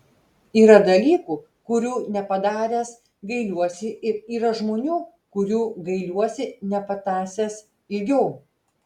yra dalykų kurių nepadaręs gailiuosi ir yra žmonių kurių gailiuosi nepatąsęs ilgiau